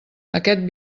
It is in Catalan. aquest